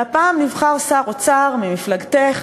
והפעם נבחר שר אוצר ממפלגתך,